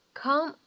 ,come